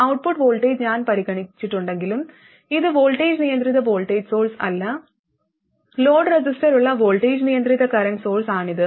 output voltage ഞാൻ പരിഗണിച്ചിട്ടുണ്ടെങ്കിലും ഇത് വോൾട്ടേജ് നിയന്ത്രിത വോൾട്ടേജ് സോഴ്സല്ല ലോഡ് റെസിസ്റ്ററുള്ള വോൾട്ടേജ് നിയന്ത്രിത കറന്റ് സോഴ്സാണിത്